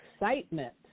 excitement